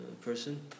person